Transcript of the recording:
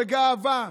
בגאווה.